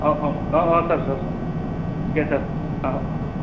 औ औ औ औ सार सार अके सार औ औ